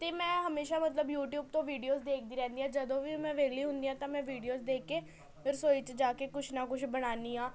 ਅਤੇ ਮੈਂ ਹਮੇਸ਼ਾਂ ਮਤਲਬ ਯੂਟਿਊਬ ਤੋਂ ਵੀਡੀਓਸ ਦੇਖਦੀ ਰਹਿੰਦੀ ਹਾਂ ਜਦੋਂ ਵੀ ਮੈਂ ਵਿਹਲੀ ਹੁੰਦੀ ਹਾਂ ਤਾਂ ਮੈਂ ਵੀਡੀਓਜ਼ ਦੇਖ ਕੇ ਰਸੋਈ 'ਚ ਜਾ ਕੇ ਕੁਛ ਨਾ ਕੁਛ ਬਣਾਨੀ ਹਾਂ